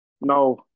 No